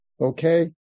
Okay